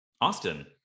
Austin